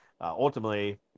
ultimately